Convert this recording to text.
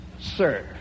sir